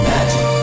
Magic